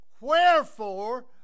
Wherefore